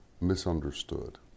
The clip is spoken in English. misunderstood